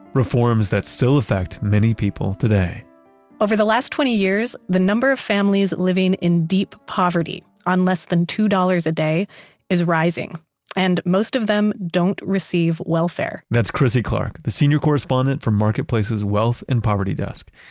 reforms that still affect many people today over the last twenty years, the number of families living in deep poverty on less than two dollars a day is rising and most of them don't receive welfare that's krissy clark, the senior correspondent for marketplace's wealth and poverty desk.